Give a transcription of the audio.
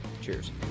Cheers